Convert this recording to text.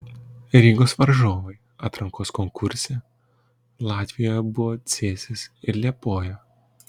rygos varžovai atrankos konkurse latvijoje buvo cėsys ir liepoja